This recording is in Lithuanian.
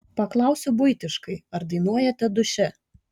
paklausiu buitiškai ar dainuojate duše